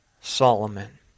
Solomon